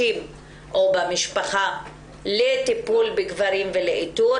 בנשים לטיפול בגברים ולאיתורם.